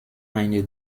eine